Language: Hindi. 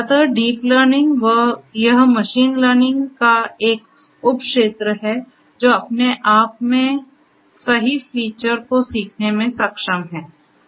अतः डीप लर्निंग यह मशीन लर्निंग का एक उपक्षेत्र है जो अपने आप में सही फीचर को सीखने में सक्षम है